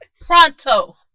Pronto